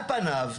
על פניו,